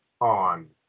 on